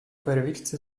перевірці